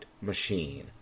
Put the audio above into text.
machine